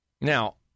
Now